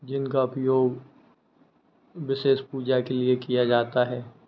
जिनका उपयोग विशेष पूजा के लिए किया जाता है